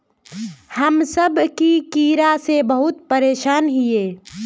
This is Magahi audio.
हम सब की कीड़ा से बहुत परेशान हिये?